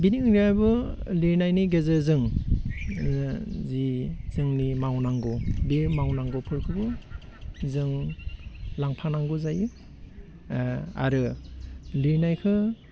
बिनि अनगायैबो लिरनायनि गेजेरजों जि जोंनि मावनांगौ बि मावनांगौफोरखौबो जोंं लांफानांगौ जायो आरो लिरनायखो